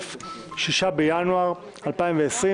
6 בינואר 2020,